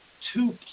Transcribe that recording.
two